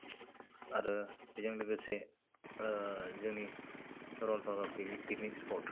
आरो बेजों लोगोसे जोंनि सरलपारा पिकनिक स्पट